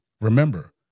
Remember